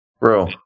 bro